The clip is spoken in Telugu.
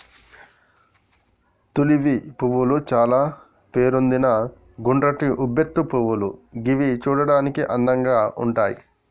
తులిప్ పువ్వులు చాల పేరొందిన గుండ్రటి ఉబ్బెత్తు పువ్వులు గివి చూడడానికి అందంగా ఉంటయ్